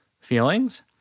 feelings